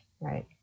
right